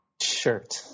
shirt